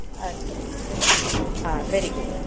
ah ah very good